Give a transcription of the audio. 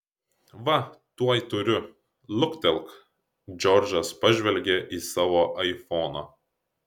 va tuoj turiu luktelk džordžas pažvelgė į savo aifoną